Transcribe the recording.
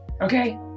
Okay